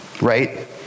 right